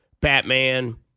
Batman